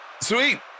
sweet